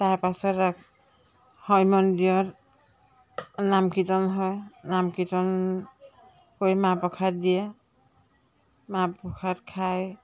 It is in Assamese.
তাৰপাছত হয় মন্দিৰত নাম কীৰ্তন হয় নাম কীৰ্তন কৰি মাহ প্ৰসাদ দিয়ে মাথ প্ৰসাদ খাই